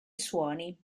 suoni